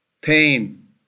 pain